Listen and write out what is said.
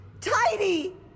Tidy